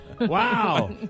Wow